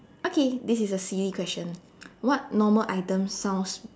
okay this is a silly question what normal item sounds